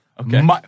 Okay